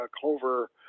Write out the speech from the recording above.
Clover